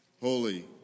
Holy